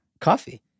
coffee